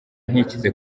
ntikize